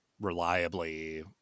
reliably